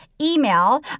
Email